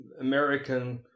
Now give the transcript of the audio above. american